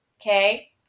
okay